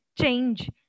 change